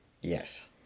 Yes